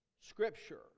scripture